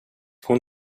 hon